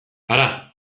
hara